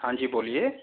हाँ जी बोलिए